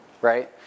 right